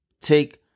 take